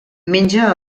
menja